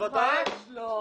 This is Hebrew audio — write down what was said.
ממש לא.